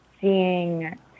seeing